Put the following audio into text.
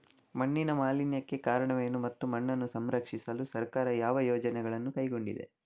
ಮಣ್ಣಿನ ಮಾಲಿನ್ಯಕ್ಕೆ ಕಾರಣವೇನು ಮತ್ತು ಮಣ್ಣನ್ನು ಸಂರಕ್ಷಿಸಲು ಸರ್ಕಾರ ಯಾವ ಯೋಜನೆಗಳನ್ನು ಕೈಗೊಂಡಿದೆ?